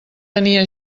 tenia